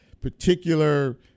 particular